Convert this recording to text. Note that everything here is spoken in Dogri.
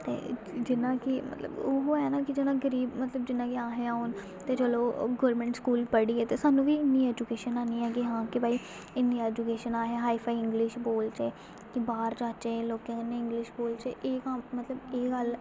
ते जि'यां कि मतलब ओह् ऐ ना कि जि'यां गरीब मतलब जि'यां कि असें हून ते चलो गौरमेंट स्कूल पढ़ियै ते सानूं बी इ'न्नी एजुकेशन ऐनी ऐ की हां भई इ'न्नी एजुकेशन असें हाई फाई इंग्लिश बोलचै कि बाहर जाचै लोकें कन्नै इंग्लिश बोलचै एह् कम्म मतलब एह् गल्ल